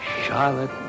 Charlotte